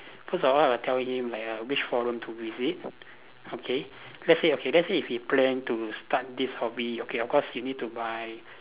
first of all I will tell him like uh which forum to visit okay let's say okay let's say if he plan to start this hobby okay of course he need to buy